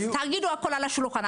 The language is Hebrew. אז תגידו הכול על השולחן,